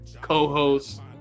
co-host